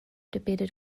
debated